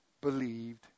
believed